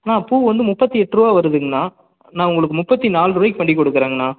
அண்ணா பூ வந்து முப்பத்தி எட்டு ரூபா வருதுங்கணா நா உங்களுக்கு முப்பத்தி நால் ரூபாய்க்கி பண்ணி கொடுக்கறேங்ணா